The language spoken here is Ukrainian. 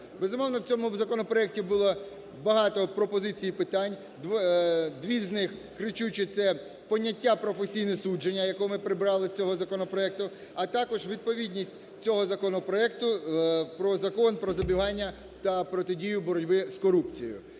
Безумовно, в цьому законопроекті було багато пропозицій і питань, дві з них кричущі – це поняття "професійне судження", яке ми прибрали з цього законопроекту, а також відповідність цього законопроекту про Закон "Про запобігання та протидію боротьби з корупцією".